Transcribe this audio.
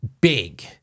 big